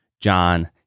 john